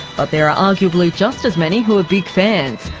but there are arguably just as many who are big fans.